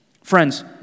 friends